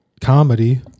comedy